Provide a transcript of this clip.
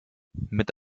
mit